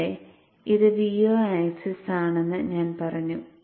ഇവിടെ ഇത് Vo axis ആണെന്ന് ഞാൻ പറഞ്ഞു